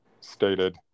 stated